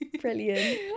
Brilliant